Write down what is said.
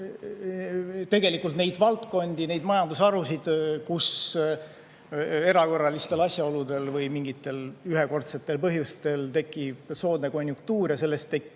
tegelikult on neid valdkondi ja majandusharusid, kus erakorralistel asjaoludel või mingite ühekordsete põhjuste tõttu tekib soodne konjunktuur ja sellest tekivad